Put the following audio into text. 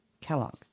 Kellogg